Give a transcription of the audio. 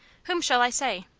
whom shall i say?